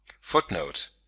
Footnote